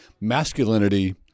masculinity